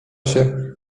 się